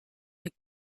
mit